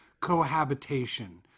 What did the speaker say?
cohabitation